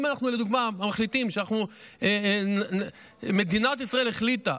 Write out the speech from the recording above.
אם אנחנו לדוגמה מחליטים שמדינת ישראל החליטה,